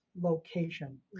location